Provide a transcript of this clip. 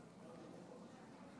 מתחייב אני.